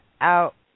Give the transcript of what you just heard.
out